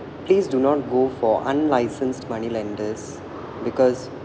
please do not go for unlicensed moneylenders because